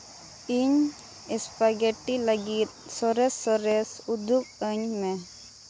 ᱤᱧ ᱥᱯᱟᱜᱮᱴᱤ ᱞᱟᱹᱜᱤᱫ ᱥᱚᱨᱮᱥ ᱥᱚᱨᱮᱥ ᱩᱫᱩᱜ ᱟᱹᱧ ᱢᱮ